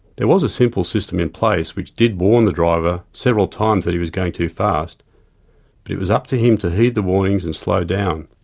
there was a simple system in place which did warn the driver several times that he was going too fast, but it was up to him to heed the warnings and slow down.